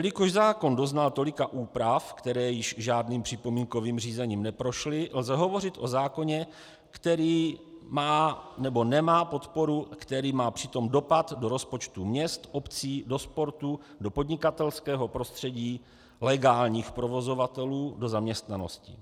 Jelikož zákon doznal tolika úprav, které již žádným připomínkovým řízením neprošly, lze hovořit o zákoně, který má nebo nemá podporu, který má přitom dopad do rozpočtu měst, obcí, do sportu, do podnikatelského prostředí legálních provozovatelů, do zaměstnanosti.